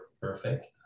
perfect